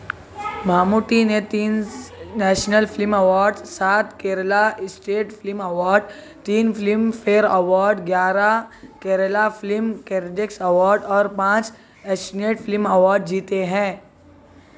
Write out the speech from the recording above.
ماموٹی نے تین national film awards سات کیرلا اسٹیٹ فلم اوارڈ تین فلم فیئر اوارڈ گیارہ کیرلا فلم کریڈکس اوارڈ اور پانچ ایشنیٹ فلم اوارڈ جیتے ہیں